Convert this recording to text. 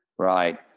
right